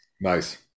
nice